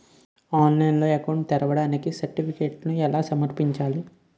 ఆన్లైన్లో అకౌంట్ ని తెరవడానికి సర్టిఫికెట్లను ఎలా సమర్పించాలి?